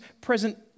present